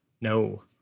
No